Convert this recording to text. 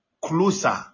closer